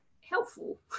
helpful